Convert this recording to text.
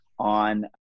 on